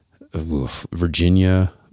Virginia